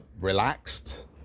relaxed